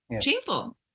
shameful